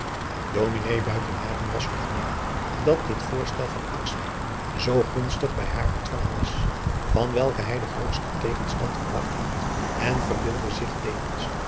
buitenhagen was vergenoegd dat dit voorstel van akswijk zoo gunstig bij haar ontvangen was van welke hij den grootsten tegenstand verwacht had en verbeeldde zich tevens